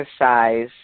exercise